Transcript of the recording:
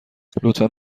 لطفا